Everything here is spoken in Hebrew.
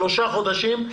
שלושה חודשים.